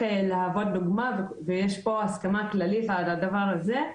להוות דוגמא ויש פה הסכמה כללית על הדבר הזה,